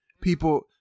People